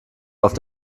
auf